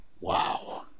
Wow